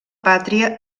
pàtria